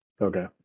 Okay